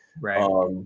Right